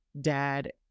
dad